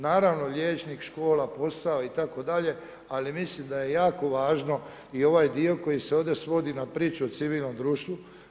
Naravno, liječnik, škola, posao itd., ali mislim da je jako važno i ovaj dio koji se ovdje svodi na priču o civilnom društvu.